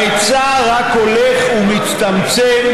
ההיצע רק הולך ומצטמצם,